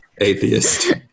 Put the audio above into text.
Atheist